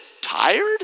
tired